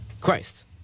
christ